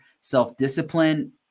self-discipline